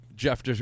Jeff